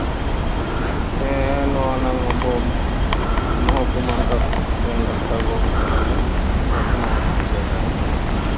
ᱦᱮᱸ ᱱᱚᱜᱼᱚ ᱱᱚᱣᱟ ᱫᱚ ᱢᱚᱦᱚᱠᱩᱢᱟ ᱫᱚ ᱟᱞᱤᱧ ᱰᱟᱠᱛᱟᱨ ᱵᱟᱵᱩ ᱠᱟᱱᱟᱞᱤᱧ ᱢᱚᱦᱚᱠᱩᱢᱟ ᱦᱚᱥᱯᱤᱴᱟᱞ ᱨᱮᱱ